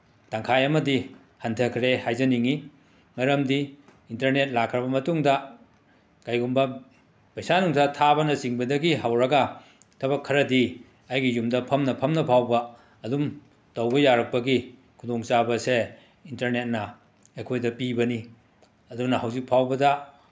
ꯇꯪꯈꯥꯏ ꯑꯃꯗꯤ ꯍꯟꯊꯈ꯭ꯔꯦ ꯍꯥꯏꯖꯅꯤꯡꯉꯤ ꯃꯔꯝꯗꯤ ꯏꯟꯇꯔꯅꯦꯠ ꯂꯥꯛꯈ꯭ꯔꯕ ꯃꯇꯨꯡꯗ ꯀꯩꯒꯨꯝꯕ ꯄꯩꯁꯥ ꯅꯨꯡꯁꯥ ꯊꯥꯕꯅꯆꯤꯡꯕꯗꯒꯤ ꯍꯧꯔꯒ ꯊꯕꯛ ꯈꯔꯗꯤ ꯑꯩꯒꯤ ꯌꯨꯝꯗ ꯐꯝꯅ ꯐꯝꯅ ꯐꯥꯎꯕ ꯑꯗꯨꯝ ꯇꯧꯕ ꯌꯥꯔꯛꯄꯒꯤ ꯈꯨꯗꯣꯡꯆꯥꯕ ꯑꯁꯦ ꯏꯟꯇꯔꯅꯦꯠꯅ ꯑꯩꯈꯣꯏꯗ ꯄꯤꯕꯅꯤ ꯑꯗꯨꯅ ꯍꯧꯖꯤꯛ ꯐꯥꯎꯕꯗ